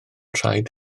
rhaid